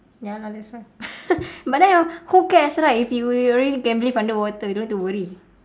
ya lah that's why but then who cares right if you you already can breath underwater you don't need to worry